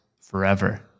forever